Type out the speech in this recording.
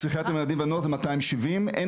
פסיכיאטרים לילדים ונוער זה 270. אין